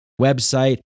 website